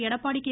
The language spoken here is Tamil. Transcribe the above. எடப்பாடி கே